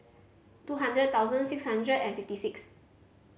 two hundred thousand six hundred and fifty six